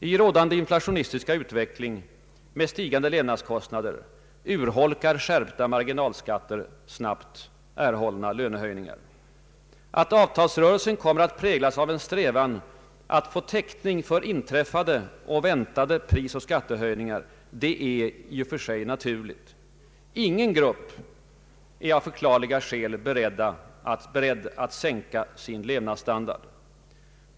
I rådande inflationistiska utveckling med stigande levnadskostnader urholkar skärpta marginalskatter snabbt de erhållna lönehöjningarna. Att avtalsrörelsen kommer att präglas av en strävan att få täckning för inträffade och väntade prisoch skattehöjningar är i och för sig naturligt. Ingen grupp är av förklarliga skäl beredd att sänka sin levnadsstandard.